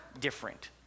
different